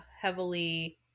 Heavily